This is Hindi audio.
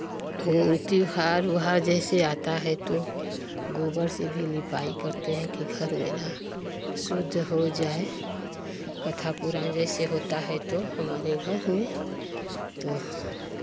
त्योहार उहार जैसे आता है तो गोबर से भी निपाई करते हैं कि घर मेरा शुद्ध हो जाय कथा पुराण जैसे होता है तो हमारे घर में तो